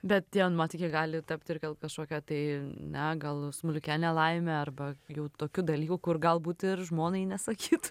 bet tie nuotykiai gali tapti ir gal kažkokia tai na gal smulkia nelaime arba jau tokiu dalyku kur galbūt ir žmonai nesakyt